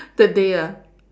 third day ah